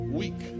week